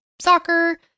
soccer